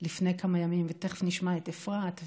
לפני כמה ימים, ותכף נשמע את אפרת.